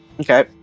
okay